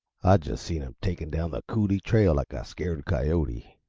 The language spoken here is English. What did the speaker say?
i just seen him takin' down the coulee trail like a scared coyote.